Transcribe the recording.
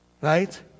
Right